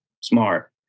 smart